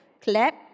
Clap